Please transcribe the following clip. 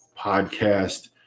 podcast